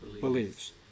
believes